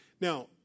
Now